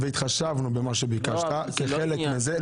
והתחשבנו במה שביקשת כחלק מזה.